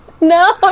No